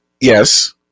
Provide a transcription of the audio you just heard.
yes